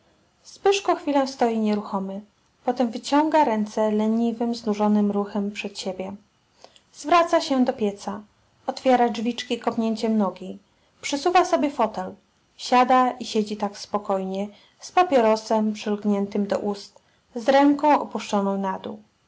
zbyszko chwilę stoi nieruchomy potem wyciąga ręce leniwym znużonym ruchem przed siebie zwraca się do pieca otwiera drzwiczki kopnięciem nogi przysuwa sobie fotel siada i siedzi tak spokojnie z papierosem przylgniętym do ust z ręką opuszczoną na dół